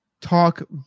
talk